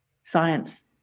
science